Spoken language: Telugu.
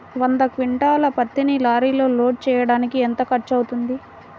వంద క్వింటాళ్ల పత్తిని లారీలో లోడ్ చేయడానికి ఎంత ఖర్చవుతుంది?